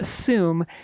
assume